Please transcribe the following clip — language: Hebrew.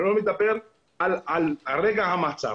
אני לא מדבר על רגע המעצר.